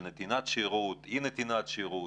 של נתינת שירות ואי נתינת שירות,